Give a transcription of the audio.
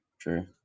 True